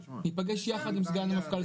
ניפגש יחד עם סגן המפכ"ל.